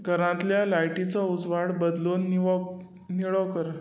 घरांतल्या लायटीचो उजवाड बदलून निवो निळो कर